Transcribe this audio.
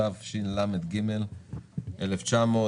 התשל"ג-1973.